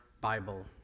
Bible